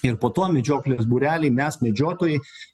ir po to medžioklės būreliai mes medžiotojai